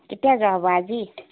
কেতিয়া যোৱা হ'ব আজি